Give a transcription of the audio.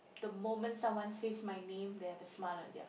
the moment someone says my name they have a smile on their